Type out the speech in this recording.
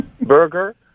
burger